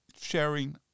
sharing